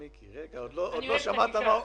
מיכאל ביטון, אני עומד על זכותך.